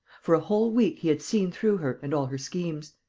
for a whole week he had seen through her and all her schemes!